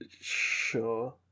sure